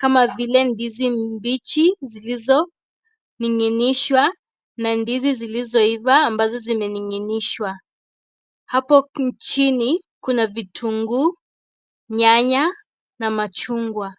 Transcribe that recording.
kama vile, ndizi mbichi zilizoning'inishwa na ndizi zilizoiva ambazo zimening'inishwa. Hapo chini kuna vitunguu, nyanya na machungwa.